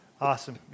Awesome